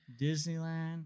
Disneyland